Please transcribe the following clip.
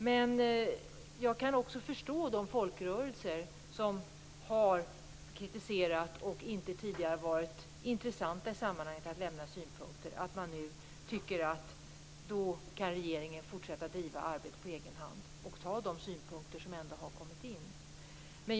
Men jag kan också förstå att de folkrörelser som har kritiserat avtalet, men vars synpunkter inte tidigare varit intressanta, nu tycker att regeringen kan fortsätta driva arbetet på egen hand och ta till sig de synpunkter som har kommit in.